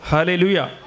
Hallelujah